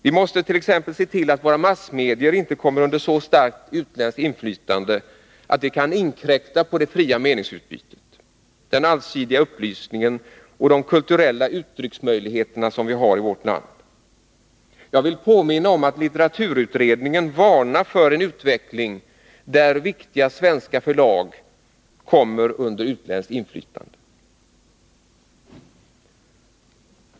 Vi måste t.ex. se till att våra massmedier inte kommer under så starkt utländskt inflytande att det kan inkräkta på det fria meningsutbytet, den allsidiga upplysningen och de kulturella uttrycksmöjligheter vi har i vårt land. Jag vill påminna om att litteraturutredningen varnar för en utveckling där viktiga svenska förlag kommer under utländskt inflytande.